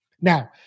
Now